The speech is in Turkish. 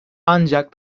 ancak